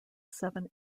seven